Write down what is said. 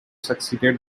succeeded